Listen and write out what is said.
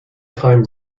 time